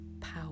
power